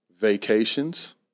vacations